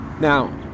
Now